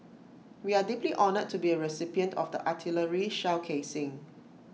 we are deeply honoured to be A recipient of the artillery shell casing